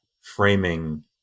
framing